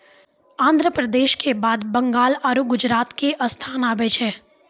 आन्ध्र प्रदेश के बाद बंगाल आरु गुजरात के स्थान आबै छै